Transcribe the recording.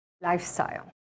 lifestyle